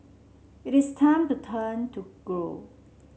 it is time to turn to grow